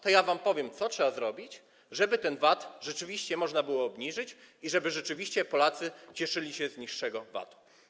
To ja wam powiem, co trzeba zrobić, żeby VAT rzeczywiście można było obniżyć i żeby rzeczywiście Polacy cieszyli się z niższego VAT-u.